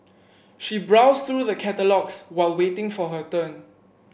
she browsed through the catalogues while waiting for her turn